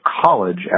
college